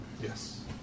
Yes